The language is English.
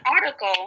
article